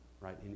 right